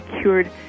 cured